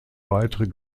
weitere